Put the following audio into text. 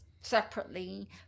separately